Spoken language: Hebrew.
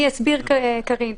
אני אסביר, קארין.